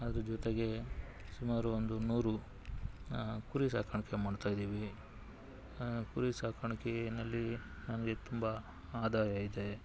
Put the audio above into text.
ಅದರ ಜೊತೆಗೆ ಸುಮಾರು ಒಂದು ನೂರು ಕುರಿ ಸಾಕಾಣಿಕೆ ಮಾಡ್ತಾಯಿದ್ದೀವಿ ಕುರಿ ಸಾಕಾಣಿಕೆಯಲ್ಲಿ ನಮಗೆ ತುಂಬ ಆದಾಯ ಇದೆ